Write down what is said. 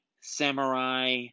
Samurai